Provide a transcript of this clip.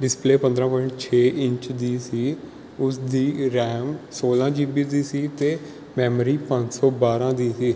display ਪੰਦਰਾਂ point ਛੇ inch ਦੀ ਸੀ ਉਸ ਦੀ ਰੈਮ ਸੋਲਾਂ ਜੀ ਬੀ ਦੀ ਸੀ ਅਤੇ ਮੈਮਰੀ ਪੰਜ ਸੌ ਬਾਰਾਂ ਦੀ ਸੀ